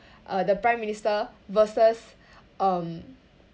uh the prime minister versus um